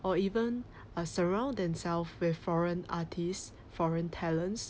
or even uh surround themselves with foreign artists foreign talents